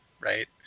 right